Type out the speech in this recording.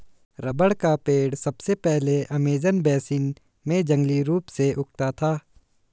rubber का पेड़ सबसे पहले अमेज़न बेसिन में जंगली रूप से उगता था